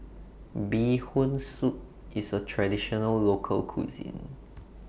Bee Hoon Soup IS A Traditional Local Cuisine